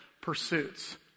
pursuits